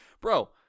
bro